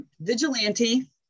vigilante